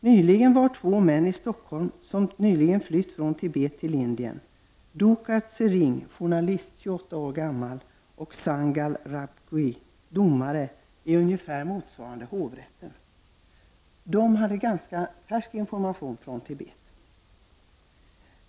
För inte så länge sedan besöktes Stockholm av två män som nyligen flytt från Tibet till Indien, Dhukar Rabgui, domare i det som ungefär motsvarar hovrätten. De hade ganska färsk information att lämna om Tibet.